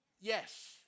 Yes